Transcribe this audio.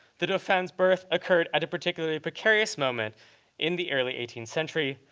the dauphin's birth occurred at a particular precarious moment in the early eighteenth century,